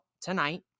tonight